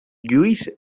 lluís